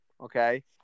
Okay